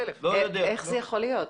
איך זה יכול להיות?